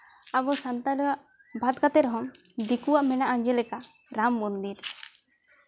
ᱟᱵᱚ ᱥᱟᱱᱛᱟᱲᱟᱜ ᱵᱟᱫ ᱠᱟᱛᱮ ᱨᱮᱦᱚᱸ ᱫᱤᱠᱩᱣᱟᱜ ᱢᱮᱱᱟᱜᱼᱟ ᱡᱮᱞᱮᱠᱟ ᱨᱟᱢ ᱢᱚᱱᱫᱤᱨ